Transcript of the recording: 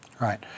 Right